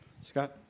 Scott